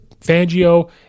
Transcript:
Fangio